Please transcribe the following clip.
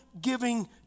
giving